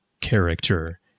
character